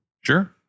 Sure